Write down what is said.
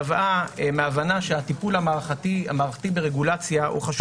נבעה מההבנה שהטיפול המערכתי ברגולציה הוא חשוב